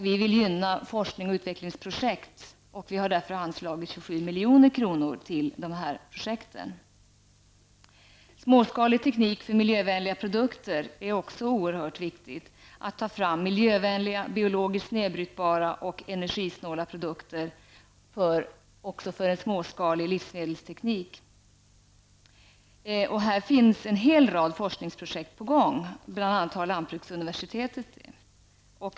Vi vill gynna forsknings och utvecklingsprojekt, och vi vill därför anslå 27 milj.kr. till dessa projekt. Småskalig teknik för miljövänliga produkter är också viktig. Det gäller att ta fram miljövänliga, biologiskt nedbrytbara och energisnåla produkter för en småskalig livsmedelsteknik. Det finns en hel rad forskningsprojekt på gång i detta sammanhang. Det pågår bl.a. på lantbruksuniversitetet.